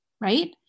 right